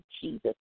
Jesus